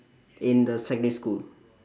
in the secondary school